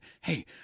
hey